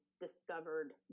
discovered